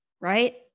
right